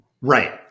Right